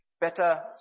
better